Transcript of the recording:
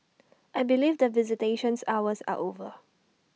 I believe that visitations hours are over